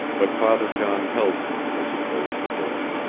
but father john held him as he closed the door.